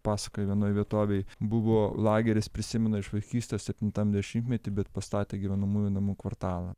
pasakoja vienoj vietovėj buvo lageris prisimena iš vaikystės septintam dešimtmety bet pastatė gyvenamųjų namų kvartalą